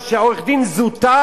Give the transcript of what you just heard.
מה שאתה נותן,